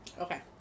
Okay